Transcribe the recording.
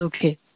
okay